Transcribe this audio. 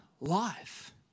life